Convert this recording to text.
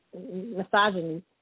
Misogyny